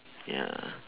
ya